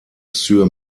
sur